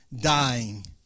dying